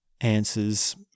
answers